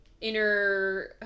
Inner